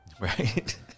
Right